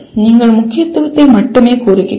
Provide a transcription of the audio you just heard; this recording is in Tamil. நீங்கள் முக்கியத்துவத்தை மட்டுமே கூறுகிறீர்கள்